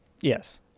Yes